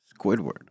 Squidward